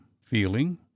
feeling